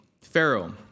Pharaoh